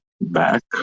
back